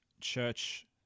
church